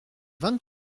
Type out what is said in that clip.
vingt